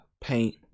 paint